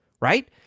Right